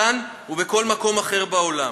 כאן ובכל מקום אחר בעולם.